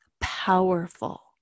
powerful